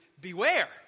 beware